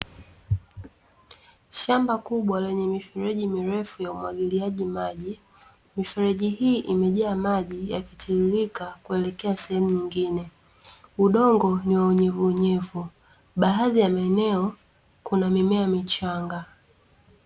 Shamba kubwa lenye mifereji mirefu ya umwagiliaji maji. Mifereji hii imejaa maji, yakitiririka kuelekea sehemu nyingine. Udongo ni wa unyevuunyevu. Baadhi ya maeneo kuna mimea michanga.